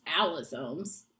allosomes